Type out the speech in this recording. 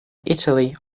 italy